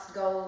go